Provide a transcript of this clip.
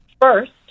First